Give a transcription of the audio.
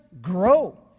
grow